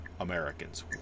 Americans